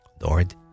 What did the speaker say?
Lord